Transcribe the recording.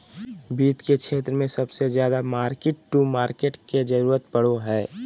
वित्त के क्षेत्र मे सबसे ज्यादा मार्किट टू मार्केट के जरूरत पड़ो हय